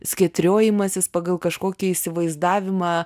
skietriojimasis pagal kažkokį įsivaizdavimą